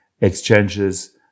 exchanges